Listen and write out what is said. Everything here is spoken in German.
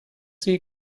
sie